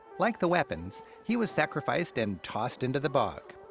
like the weapons, he was sacrificed and tossed into the bog.